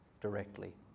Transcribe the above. directly